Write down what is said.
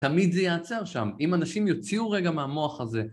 תמיד זה יעצר שם, אם אנשים יוציאו רגע מהמוח הזה.